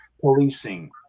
policing